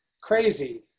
crazy